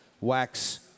Wax